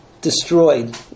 destroyed